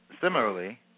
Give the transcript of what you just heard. similarly